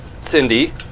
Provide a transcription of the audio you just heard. Cindy